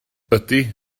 ydy